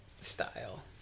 Style